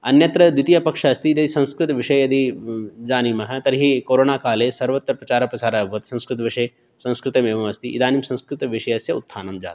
अन्यत्र द्वितीयपक्षः अस्ति यदि संस्कृतविषये यदि जानीमः तर्हि कोरोणा काले सर्वत्र प्रचारप्रसारः अभवत् संस्कृतविषये संस्कृतम् एवमस्ति इदानीं संस्कृतविषयस्य उत्थानं जातम्